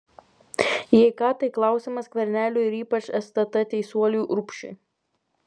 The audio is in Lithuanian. jei ką tai klausimas skverneliui ir ypač stt teisuoliui urbšiui